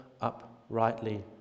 uprightly